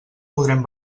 podrem